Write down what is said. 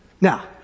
Now